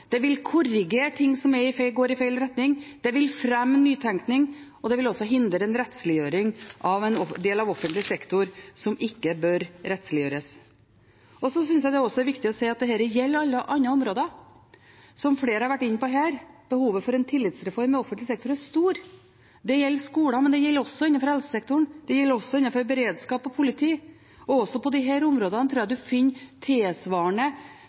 det vil korrigere ting som går i feil retning, det vil fremme nytenkning, og det vil hindre en rettsliggjøring av en del av den offentlige sektoren som ikke bør rettsliggjøres. Jeg synes også det er viktig å si at dette gjelder også andre områder. Som flere har vært inne på her, er behovet for en tillitsreform i offentlig sektor stor. Det gjelder i skolen, men det gjelder også innenfor helsesektoren og innenfor beredskap og politi. Også på disse områdene tror jeg at en vil finne tilsvarende